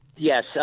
Yes